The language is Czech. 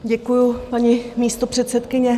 Děkuji, paní místopředsedkyně.